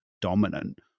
dominant